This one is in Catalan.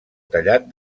tallat